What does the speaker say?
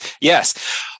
Yes